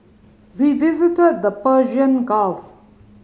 we visited the Persian Gulf